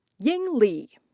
ying li.